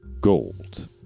gold